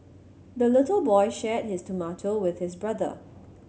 the little boy shared his tomato with his brother